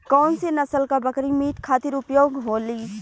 कौन से नसल क बकरी मीट खातिर उपयोग होली?